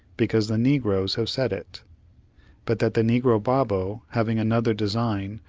because the negroes have said it but that the negro babo, having another design,